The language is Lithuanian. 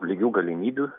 lygių galimybių